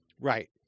right